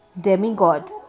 demigod